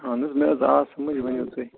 اَہَن حظ مےٚ حظ آو سمجھ ؤنِو تُہۍ